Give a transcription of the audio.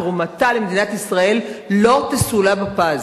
תרומתה למדינת ישראל לא יסולאו בפז.